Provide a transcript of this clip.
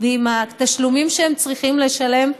ועם התשלומים שהם צריכים לשלם,